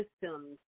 systems